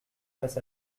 face